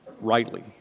rightly